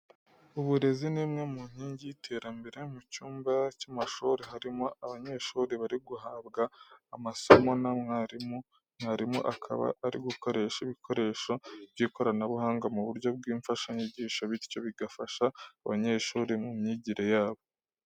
Uburezi ni imwe mu nkingi y'iterambere. Mu cyumba cy'amashuri harimo abanyeshuri bari guhabwa amasomo na mwalimu, mwalimu akaba ari gukoresha ibikoresho by'ikoranabuhanga mu buryo bw'imfashanyigisho, bityo bigafasha abanyeshuri mu myigire yabo.